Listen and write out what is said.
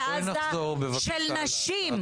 של נשים?